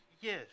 Yes